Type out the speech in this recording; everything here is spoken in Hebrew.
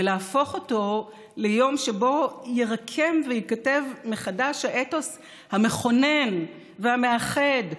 ולהפוך אותו ליום שבו יירקם וייכתב מחדש האתוס המכונן והמאחד,